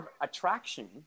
attraction